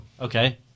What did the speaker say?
okay